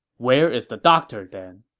where is the doctor then?